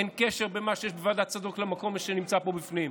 אין קשר בין מה שיש בוועדת צדוק למקום אשר נמצא פה בפנים.